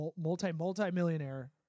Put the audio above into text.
multi-multi-millionaire